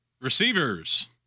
Receivers